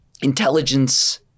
intelligence